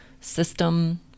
system